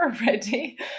already